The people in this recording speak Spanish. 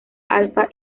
alfa